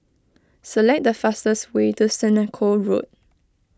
select the fastest way to Senoko Road